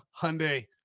Hyundai